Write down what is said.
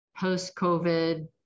post-COVID